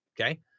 Okay